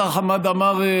השר חמד עמאר,